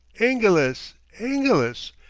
ingilis! ingilis!